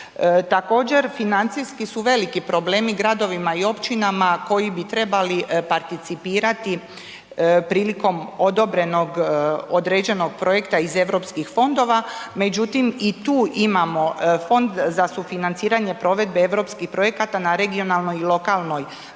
Također financijski su veliki problemi gradovima i općinama koji bi trebali participirati prilikom odobrenog određenog projekta iz Europskih fondova, međutim, i tu imamo Fond za sufinanciranje provedbe europskih projekata na regionalnoj i lokalnoj